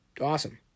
awesome